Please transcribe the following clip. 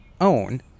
own